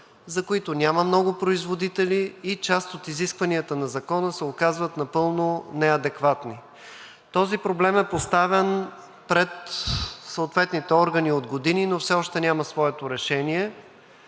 за които няма много производители, и част от изискванията на Закона се оказват напълно неадекватни. Този проблем е поставен пред съответните органи от години, но все още няма своето решение.